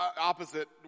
opposite